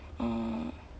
uh